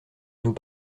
nous